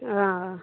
हॅं